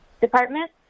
department